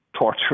torture